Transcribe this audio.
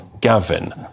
Gavin